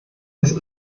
das